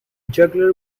juggler